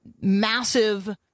massive